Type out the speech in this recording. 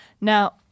Now